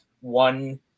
one